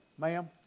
ma'am